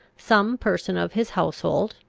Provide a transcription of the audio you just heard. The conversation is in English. some person of his household,